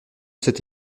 cet